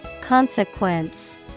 Consequence